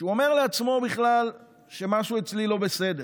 כשהוא אומר לעצמו בכלל: משהו אצלי לא בסדר,